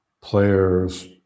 Players